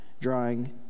drawing